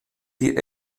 die